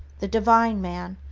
the divine man,